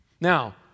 Now